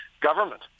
government